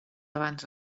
abans